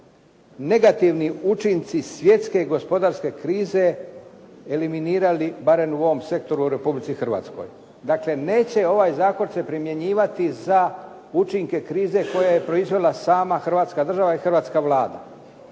negativni učinci svjetske gospodarske krize eliminirali barem u ovom sektoru u Republici Hrvatskoj. Dakle, neće ovaj zakon se primjenjivati za učinke krize koje je proizvela sama Hrvatska država i hrvatska Vlada